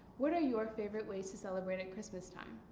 what are your favorite ways to celebrate at christmas time?